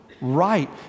right